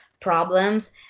problems